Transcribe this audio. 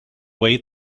way